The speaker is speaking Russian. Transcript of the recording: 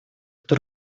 кто